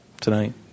tonight